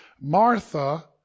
Martha